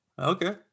okay